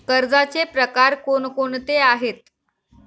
कर्जाचे प्रकार कोणकोणते आहेत?